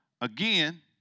again